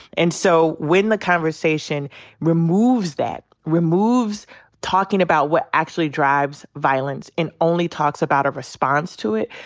and so when the conversation removes that, removes talking about what actually drives violence, and only talks about a response to it,